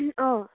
অঁ